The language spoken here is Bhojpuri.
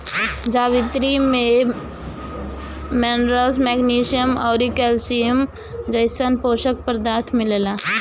जावित्री में मिनरल्स, मैग्नीशियम अउरी कैल्शियम जइसन पोषक पदार्थ मिलेला